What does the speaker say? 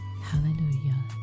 hallelujah